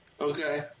Okay